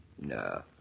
No